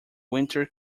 winter